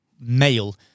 male